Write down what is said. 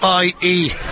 IE